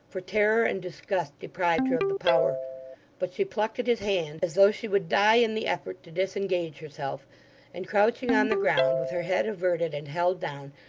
for terror and disgust deprived her of the power but she plucked at his hand as though she would die in the effort to disengage herself and crouching on the ground, with her head averted and held down,